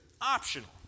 optional